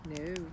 No